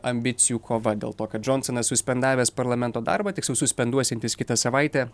ambicijų kova dėl to kad džonsonas suspendavęs parlamento darbą tiksliau suspenduosiantis kitą savaitę